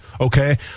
okay